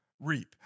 reap